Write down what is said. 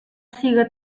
siga